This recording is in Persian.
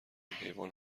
حیوان